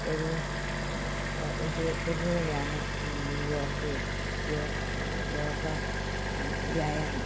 ഒരു ഒരു ഒന്നു തന്നെയാണ് യോഗയും യോഗ വ്യായാമം